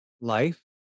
life